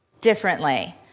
differently